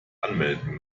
anmelden